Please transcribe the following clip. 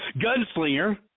Gunslinger